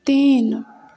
तीन